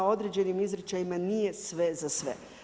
Određenim izričajima nije sve za sve.